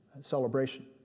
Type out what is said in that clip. celebration